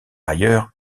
ailleurs